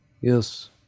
Yes